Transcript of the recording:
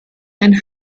and